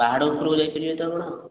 ପାହାଡ଼ ଉପରକୁ ଯାଇ ପାରିବେ ତ ଆପଣ